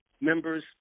members